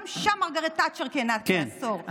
וגם שם מרגרט תאצ'ר כיהנה כעשור.